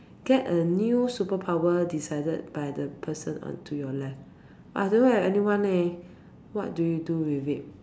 get a new superpower decided by the person onto your left but I don't have anyone leh what do you do with it